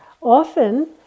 often